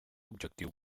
objectiu